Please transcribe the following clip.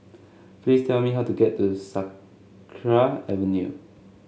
please tell me how to get to Sakra Avenue